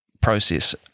process